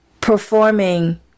performing